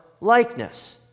likeness